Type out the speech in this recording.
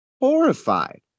horrified